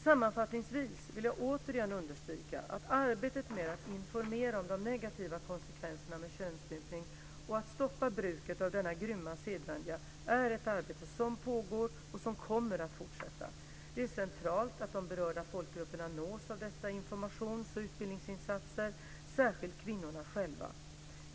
Sammanfattningsvis vill jag återigen understryka att arbetet med att informera om de negativa konsekvenserna av könsstympning och att stoppa bruket av denna grymma sedvänja är ett arbete som pågår och som kommer att fortsätta. Det är centralt att de berörda folkgrupperna nås av dessa informations och utbildningsinsatser - särskilt kvinnorna själva.